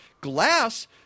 Glass